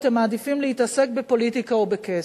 אתם מעדיפים להתעסק בפוליטיקה ובכסף.